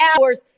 hours